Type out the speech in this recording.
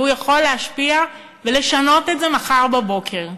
והוא יכול להשפיע ולשנות את זה מחר בבוקר: